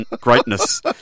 greatness